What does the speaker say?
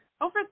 Over